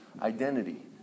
identity